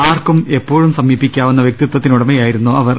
ആർക്കും എപ്പോഴും സമീപിക്കാവുന്ന വൃക്തിത്വത്തിന് ഉടമയായിരുന്നു അവർ